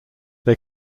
they